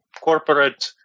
corporate